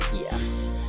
Yes